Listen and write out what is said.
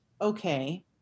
okay